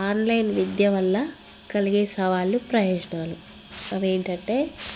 online విద్య వల్ల కలిగే సవాళ్ళు ప్రయోజనాలు అవి ఏంటంటే